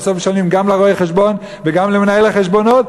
ובסוף משלמים גם לרואה-חשבון וגם למנהל החשבונות,